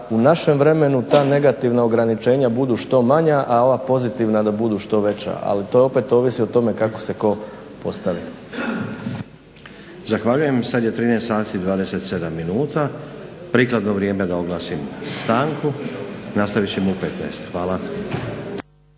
u našem vremenu ta negativna ograničenja budu što manja a ova pozitivna budu što veća. Ali to opet ovisi o tome kako se tko postavi. **Stazić, Nenad (SDP)** Zahvaljujem. Sada je 13 sati i 27 minuta, prikladno vrijeme da oglasim stanku. Nastaviti ćemo u 15. Hvala.